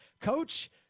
Coach